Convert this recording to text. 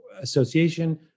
association